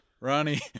Ronnie